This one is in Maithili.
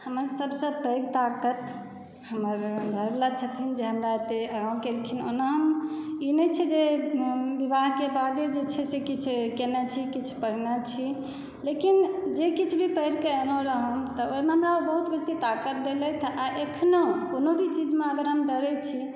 हमर सभसँ पैघ ताकत हमर घरवला छथिन जे हमरा एते आगाँ केलखिन ओना ई नहि छै जे विवाहके बादे जे छै से किछु कयने छी किछु पढ़ने छी लेकिन जे किछु भी पढ़िकऽ एलहुँ रहय ओना हमरा बहुत बेसी ताकत देलथि आ एखनो कोनो भी चीजमे अगर हम डरै छी